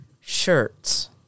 shirts